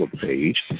page